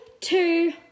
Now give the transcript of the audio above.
two